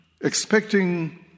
expecting